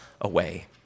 away